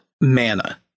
mana